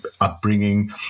upbringing